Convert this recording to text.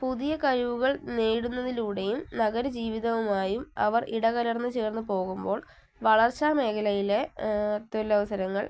പുതിയ കഴിവുകൾ നേടുന്നതിലൂടെയും നഗര ജീവിതവുമായും അവർ ഇടകലർന്നുചേർന്ന് പോകുമ്പോൾ വളർച്ചാമേഖലയിലെ തൊഴിലവസരങ്ങൾ